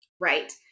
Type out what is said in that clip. Right